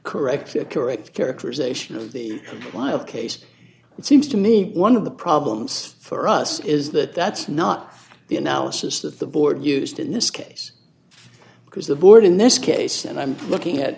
you're correct characterization of the comply of case it seems to me one of the problems for us is that that's not the analysis that the board used in this case because the board in this case and i'm looking at